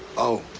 oh,